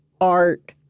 art